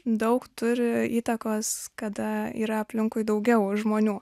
daug turi įtakos kada yra aplinkui daugiau žmonių